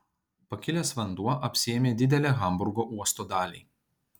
pakilęs vanduo apsėmė didelę hamburgo uosto dalį